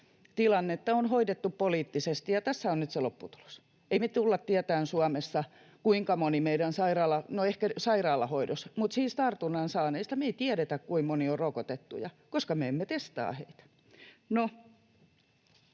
Virustilannetta on hoidettu poliittisesti, ja tässä on nyt se lopputulos. Ei me tulla tietämään Suomessa — tai ehkä sairaalahoidossa olevista tiedetään — siis tartunnan saaneista me ei tiedetä, kuinka moni on rokotettuja, koska me emme testaa heitä.